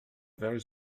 very